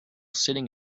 sitting